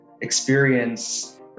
experience